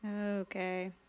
Okay